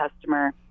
customer